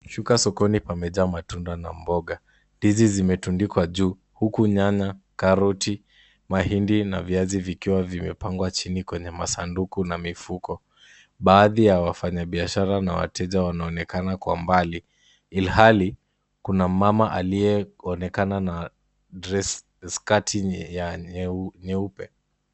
Shuka sokoni pamejaa na matunda na mboga. Ndizi zimetandikwa juu, huku nyanya karoti mahindi na viazi vikiwa vimepangwa chini kwenye masanduku na mifuko. Baadhi ya wafanyabiashara na wateja wanaonekana kwa mbali, ilhali kuna mama aliyeonekana na dress skati ya nyeupe.